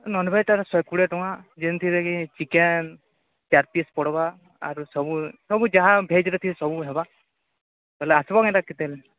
ନନ୍ଭେଜ୍ଟା ଶହେ କୋଡ଼ିଏ ଟଙ୍କା ଯେଉଁଥିରେକି ଚିକେନ୍ ଚାର୍ ପିସ୍ ପଡ଼ବା ଆରୁ ସବୁ ସବୁ ଯାହା ଭେଜ୍ରେ ଥିବା ସବୁ ହେବା ହେଲେ ଆସିବ କେନ୍ତା କେତେବେଳେ